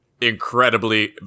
incredibly